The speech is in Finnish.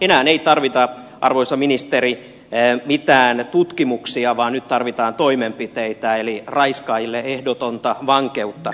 enää ei tarvita arvoisa ministeri mitään tutkimuksia vaan nyt tarvitaan toimenpiteitä eli raiskaajille ehdotonta vankeutta